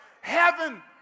heaven